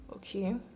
Okay